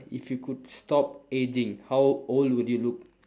if you could stop aging how old would you look